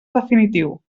definitiu